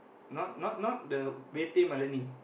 not not not the way tame Marlini